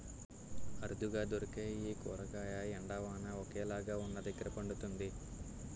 అరుదుగా దొరికే ఈ కూరగాయ ఎండ, వాన ఒకేలాగా వున్నదగ్గర పండుతుంది